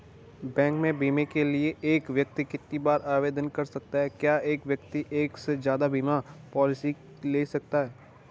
Bank में बीमे के लिए एक व्यक्ति कितनी बार आवेदन कर सकता है क्या एक व्यक्ति एक से ज़्यादा बीमा पॉलिसी ले सकता है?